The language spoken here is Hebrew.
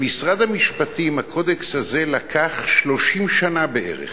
למשרד המשפטים הקודקס הזה לקח 30 שנה בערך,